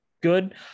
good